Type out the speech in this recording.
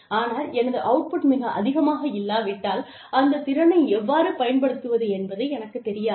ஆனால் எனது output மிக அதிகமாக இல்லாவிட்டால் அந்த திறனை எவ்வாறு பயன்படுத்துவது என்பது எனக்குத் தெரியாது